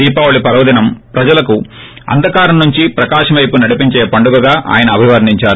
దీపావళి పర్వదినం ప్రజలను అంధకారం నుండి ప్రకాశం వైపు నడిపించే పండుగగా ఆయన అభివర్లించారు